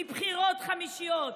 מבחירות חמישיות,